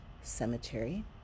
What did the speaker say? Cemetery